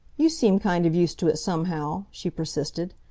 you seem kind of used to it, somehow, she persisted.